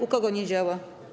U kogo nie działa?